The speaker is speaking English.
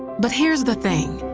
but here's the thing,